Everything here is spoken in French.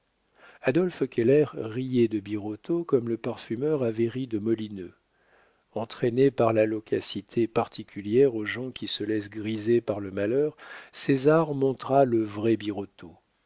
adolphe keller riait de birotteau comme le parfumeur avait ri de molineux entraîné par la loquacité particulière aux gens qui se laissent griser par le malheur césar montra le vrai birotteau